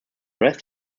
rest